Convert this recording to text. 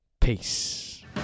Peace